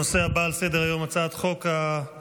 הנושא הבא על סדר-היום: הצעת חוק תגמולים